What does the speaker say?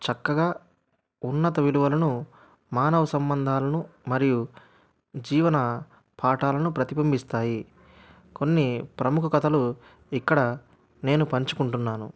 చక్కగా ఉన్నత విలువలను మానవ సంబంధాలను మరియు జీవన పాఠాలను ప్రతిబింబిస్తాయి కొన్ని ప్రముఖ కథలు ఇక్కడ నేను పంచుకుంటున్నాను